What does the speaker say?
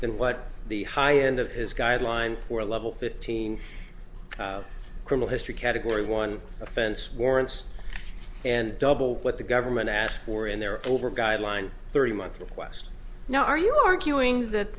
than what the high end of his guidelines for level fifteen criminal history category one offense warrants and double what the government asked for in their over guideline thirty months request now are you arguing that